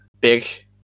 big